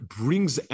brings